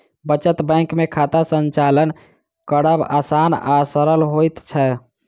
बचत बैंक मे खाता संचालन करब आसान आ सरल होइत छै